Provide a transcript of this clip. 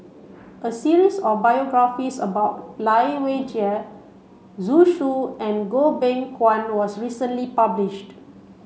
a series of biographies about Lai Weijie Zhu Xu and Goh Beng Kwan was recently published